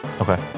okay